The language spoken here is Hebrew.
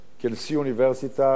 כנשיא אוניברסיטה.